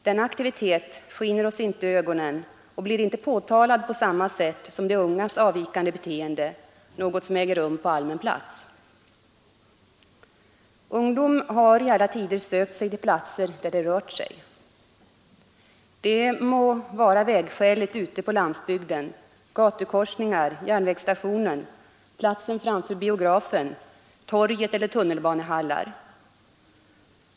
Denna aktivitet skiner oss inte i ögonen och blir inte påtalad på samma sätt som de ungas avvikande beteende, något som äger rum på allmän plats. Ungdom har i alla tider sökt sig till platser där det ”rört sig”. Det må vara vägskälet ute på landsbygden, gatukorsningar, järnvägsstationen, platsen framför biografen, torget eller tunnelbanehallar.